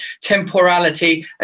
temporality